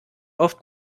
oft